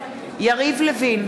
יריב לוין,